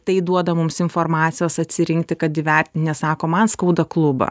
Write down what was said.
tai duoda mums informacijos atsirinkti kad įvertinę sako man skauda klubą